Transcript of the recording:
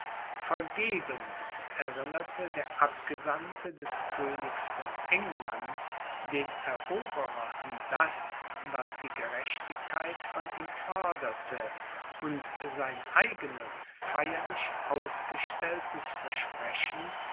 vergebens erinnerte der abgesandte des königs von england den eroberer an das was die gerechtigkeit von ihm forderte und sein eigenes feierlich ausgestelltes versprechen